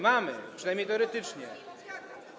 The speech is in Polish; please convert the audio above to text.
Mamy, przynajmniej teoretycznie.